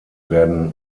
werden